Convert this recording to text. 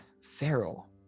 feral